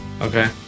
Okay